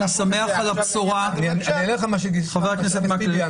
אני שמח על הבשורה --- אני אענה לך מה שחבר הכנסת טיבי ענה לי,